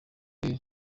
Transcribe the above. nzego